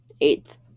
Eighth